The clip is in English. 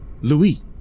Louis